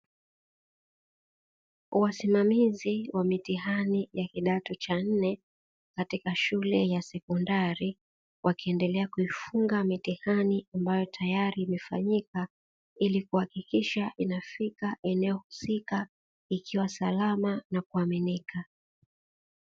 Wasimamizi wa mitihani ya kidato cha nne, katika shule ya sekondari, wakiendelea kuifunga mitihani ambayo tayari imefanyika, ili kuhakikisha inafika eneo husika ikiwa salama na kuaminika.